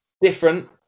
Different